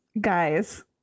guys